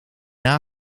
dna